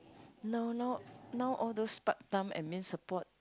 now now now all those part time admin support